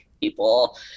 people